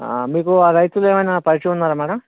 ఆ మీకు ఆ రైతులు ఏమైనా పరిచయమున్నారా మేడమ్